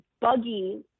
buggy